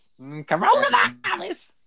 Coronavirus